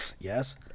Yes